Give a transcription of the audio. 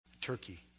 Turkey